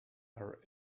are